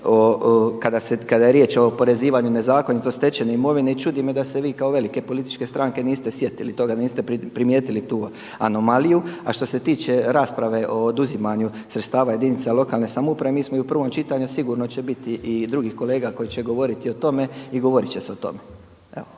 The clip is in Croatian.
kada je riječ o oporezivanju nezakonito stečene imovine i čudi me da se vi kao velike političke stranke niste sjetili toga, niste primijetili tu anomaliju. A što se tiče rasprave o oduzimanju sredstava jedinica lokalne samouprave mi smo i u prvom čitanju, sigurno će biti i drugih kolega koji će govoriti o tome i govoriti će se o tome.